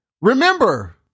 Remember